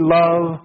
love